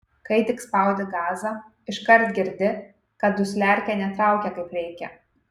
kai tik spaudi gazą iškart girdi kad dusliarkė netraukia kaip reikia